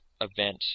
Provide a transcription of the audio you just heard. event